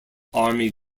army